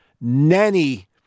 nanny